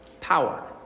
power